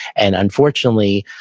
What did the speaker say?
and unfortunately,